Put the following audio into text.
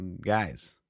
guys